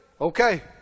Okay